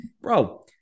bro